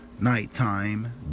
nighttime